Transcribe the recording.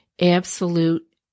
absolute